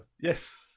Yes